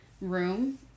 room